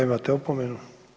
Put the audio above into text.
Imate opomenu.